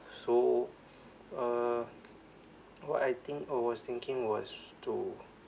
so uh what I think or was thinking was to